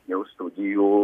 jau studijų